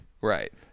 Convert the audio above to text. Right